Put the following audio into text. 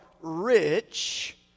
rich